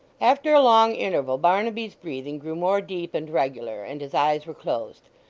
after a long interval, barnaby's breathing grew more deep and regular, and his eyes were closed.